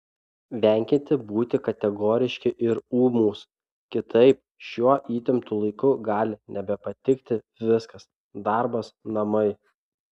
venkite būti kategoriški ir ūmūs kitaip šiuo įtemptu laiku gali nebepatikti viskas darbas namai